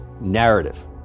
narrative